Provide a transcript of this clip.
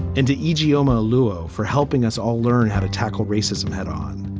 and to ijeoma oluo for helping us all learn how to tackle racism head on.